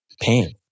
pain